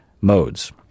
modes